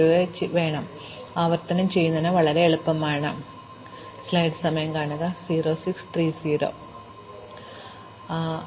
അതിനാൽ ഡിഎഫ്എസ് വളരെ ലളിതമായ ഒരു ആവർത്തന അൽഗോരിതം ആണ് ഞാൻ പര്യവേക്ഷണം ചെയ്യപ്പെടാത്ത ഓരോ അയൽക്കാരെയും നോക്കിയാണ് ആരംഭിക്കുന്നത് കൂടാതെ ഡിഎഫ്എസ് അത് പര്യവേക്ഷണം ചെയ്യാത്തവയിൽ ആവർത്തിക്കുകയും ചെയ്യും